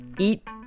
eat